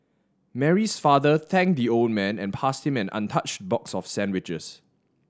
Mary's father thanked the old man and passed him an untouched box of sandwiches